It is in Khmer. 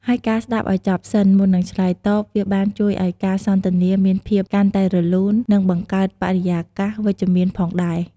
ហើយការស្តាប់ឲ្យចប់សិន មុននឹងឆ្លើយតប វាបានជួយឲ្យការសន្ទនាមានភាពកាន់តែរលូន និងបង្កើតបរិយាកាសវិជ្ជមានផងដែរ។